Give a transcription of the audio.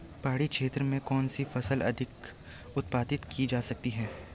पहाड़ी क्षेत्र में कौन सी फसल अधिक उत्पादित की जा सकती है?